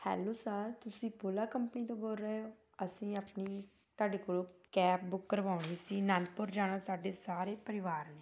hello sir ਤੁਸੀਂ Ola company ਤੋਂ ਬੋਲ ਰਹੇ ਹੋ ਅਸੀਂ ਆਪਣੀ ਤੁਹਾਡੇ ਕੋਲੋਂ ਕੈਬ ਬੁੱਕ ਕਰਵਾਉਣੀ ਸੀ ਆਨੰਦਪੁਰ ਜਾਣਾ ਸਾਡੇ ਸਾਰੇ ਪਰਿਵਾਰ ਨੇ